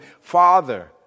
father